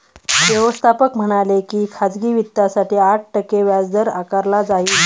व्यवस्थापक म्हणाले की खाजगी वित्तासाठी आठ टक्के व्याजदर आकारला जाईल